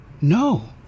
No